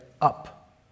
up